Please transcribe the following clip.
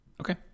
Okay